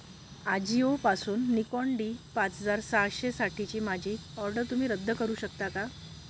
आजिओपासून Nikon D पाच हजार सहाशेसाठीची माझी ऑर्डर तुम्ही रद्द करू शकता का